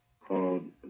called